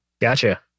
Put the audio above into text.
Gotcha